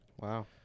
Wow